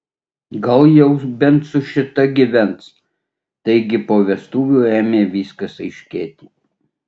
gal jau bent su šita gyvens taigi po vestuvių ėmė viskas aiškėti